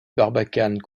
barbacane